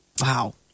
Wow